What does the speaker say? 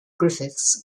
griffiths